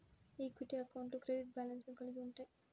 equity అకౌంట్లు credit బ్యాలెన్స్లను కలిగి ఉంటయ్యి